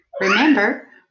Remember